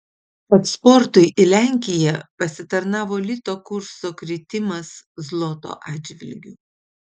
eksportui į lenkiją pasitarnavo lito kurso kritimas zloto atžvilgiu